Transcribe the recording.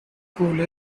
cool